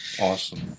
Awesome